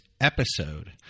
episode